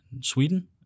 Sweden